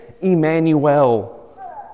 Emmanuel